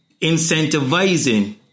incentivizing